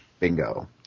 Bingo